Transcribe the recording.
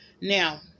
Now